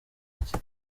iki